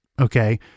okay